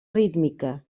rítmica